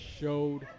showed